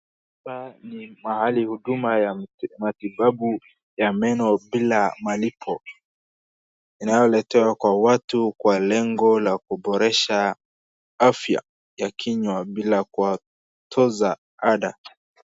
Hapa ni mahali huduma ya matibabu ya meno bila malipo, inayoletewa kwa watu kwa lengo la kuboresha afya ya kinywa bila kuwatoza ada.